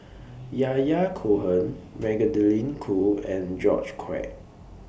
Yahya Cohen Magdalene Khoo and George Quek